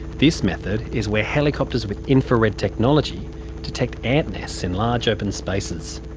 this method is where helicopters with infrared technology detect ant nests in large open spaces.